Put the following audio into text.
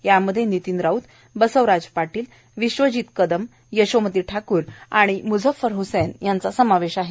यामध्ये नितीन राऊत बसवराज पाटील विश्वजित कदम यशोमती ठाकूर आणि मुझ्झफर हसैन यांचा समावेश आहे